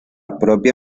propia